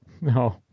no